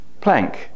Planck